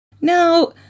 Now